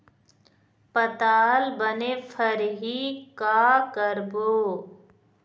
पताल बने फरही का करबो?